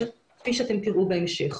כפי שתראו בהמשך.